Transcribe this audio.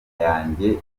yanjye